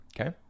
Okay